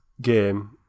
game